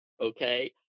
okay